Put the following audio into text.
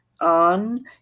on